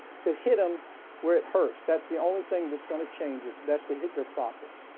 to hit them where it hurts. that's the only thing that's going to change it. that's to hit their profits.